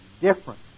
different